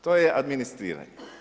To je administriranje.